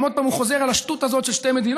גם עוד פעם הוא חוזר על השטות הזאת של שתי מדינות.